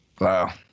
Wow